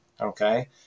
okay